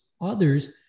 others